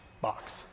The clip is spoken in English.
box